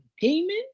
demon